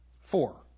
Four